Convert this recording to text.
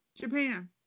Japan